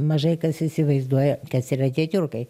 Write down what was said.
mažai kas įsivaizduoja kas yra tie tiurkai